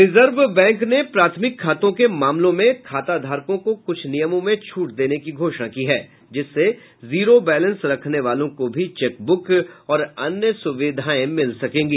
reserve bank ने प्राथमिक खातों के मामले में खाताधारकों को कुछ नियमों में छूट देने की घोषण की है जिससे जीरो बैलेंस रखने वाले को भी चेक बुक और अन्य सुविधाएं मिल सकेगी